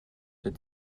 that